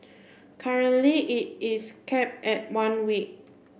currently it is cap at one week